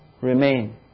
remain